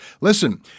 Listen